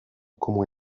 como